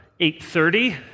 8.30